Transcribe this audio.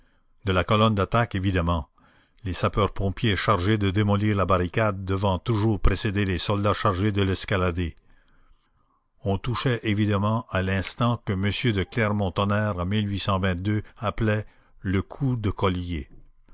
de la colonne d'attaque évidemment les sapeurs-pompiers chargés de démolir la barricade devant toujours précéder les soldats chargés de l'escalader on touchait évidemment à l'instant que m de clermont-tonnerre en appelait le coup de collier